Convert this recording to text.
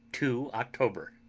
two october.